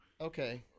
Okay